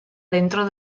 dentro